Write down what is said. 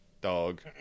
dog